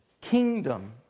kingdom